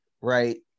right